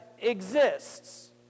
exists